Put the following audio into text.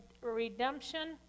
redemption